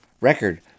record